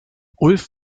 ulf